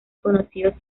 conocidos